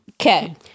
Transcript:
Okay